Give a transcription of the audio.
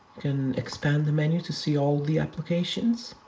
can expand the menu to see all the applications.